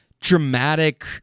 dramatic